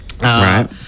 Right